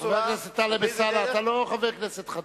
חבר הכנסת טלב אלסאנע, אתה לא חבר כנסת חדש.